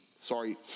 sorry